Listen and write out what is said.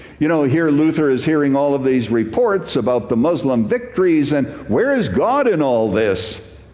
you know, here luther is hearing all of these reports about the muslim victories and where is god in all this.